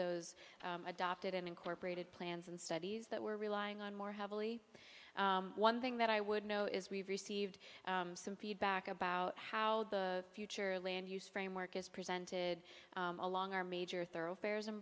those adopted and incorporated plans and studies that we're relying on more heavily one thing that i would know is we've received some feedback about how the future land use framework is presented along our major thoroughfares in